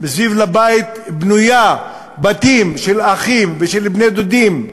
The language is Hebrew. מסביב לבית בנויה בתים של אחים ושל בני-דודים.